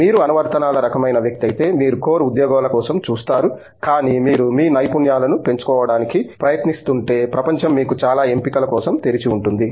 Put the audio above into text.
మీరు అనువర్తనాల రకమైన వ్యక్తి అయితే మీరు కోర్ ఉద్యోగాల కోసం చూస్తారు కానీ మీరు మీ నైపుణ్యాలను పెంచుకోవడానికి ప్రయత్నిస్తుంటే ప్రపంచం మీకు చాలా ఎంపికల కోసం తెరిచి ఉంటుంది